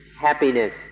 happiness